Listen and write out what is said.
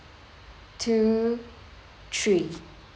two three